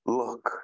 look